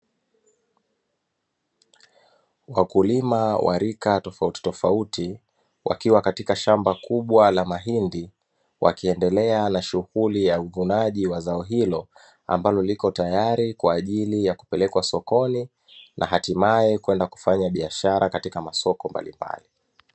Wakulima wa rika tofauti tofauti, wakiwa katika shamba kubwa la mahindi, wakiendelea na shughuli ya uvunaji wa zao hilo ambalo liko tayari kwa ajili ya kupelekwa sokoni na hatimaye kwenda kufanya biashara katika masoko mbalimbali.